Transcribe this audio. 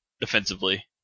defensively